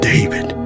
David